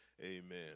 amen